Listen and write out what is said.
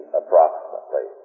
approximately